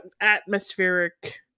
atmospheric